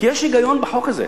כי יש היגיון בחוק הזה,